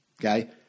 okay